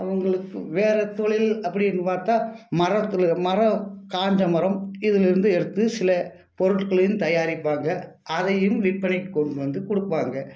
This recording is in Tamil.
அவங்களுக்கு வேறு தொழில் அப்படின்னு பார்த்தா மரத்தில் மரம் காய்ஞ்ச மரம் இதில் இருந்து எடுத்து சில பொருட்களையும் தயாரிப்பாங்க அதையும் விற்பனைக்கு கொண்டு வந்து கொடுப்பாங்க